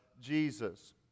jesus